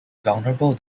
vulnerable